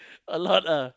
a lot ah